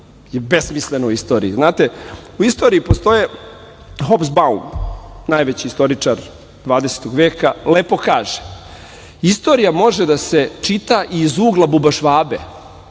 je besmisleno je u istoriji. Znate, u istoriji postoje, Hobs Baun, najveći istoričar 20. veka, lepo kaže – istorija može da se čita i iz ugla bubašvabe.